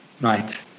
Right